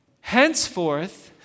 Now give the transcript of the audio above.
henceforth